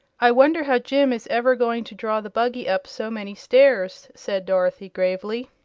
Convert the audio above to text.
i wonder how jim is ever going to draw the buggy up so many stairs, said dorothy, gravely.